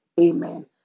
amen